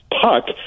puck